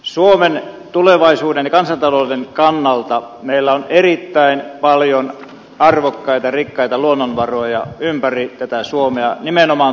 suomen tulevaisuuden ja kansantalouden kannalta meillä on erittäin paljon arvokkaita rikkaita luonnonvaroja ympäri tätä suomea nimenomaan tuolla maakunnissa